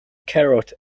carrot